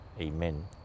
Amen